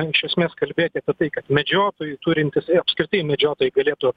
iš esmės kalbėti apie tai kad medžiotojai turintys ir apskritai medžiotojai galėtų